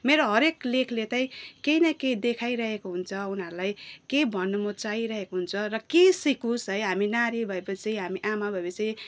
मेरो हरएक लेखले त केही न केही देखाइरहेको हुन्छ उनीहरूलाई के भन्नु म चाहिरहेको हुन्छ र के सिकोस् है हामी नारी भए पछि हामी आमा भए पछि